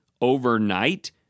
overnight